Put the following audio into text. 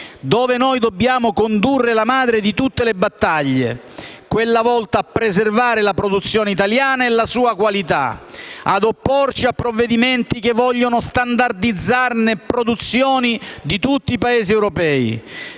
dove dobbiamo condurre la madre di tutte le battaglie, cioè quella volta a preservare la produzione italiana e la sua qualità, ad opporci a provvedimenti che vogliono standardizzare le produzioni di tutti i Paesi europei,